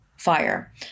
fire